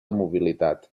mobilitat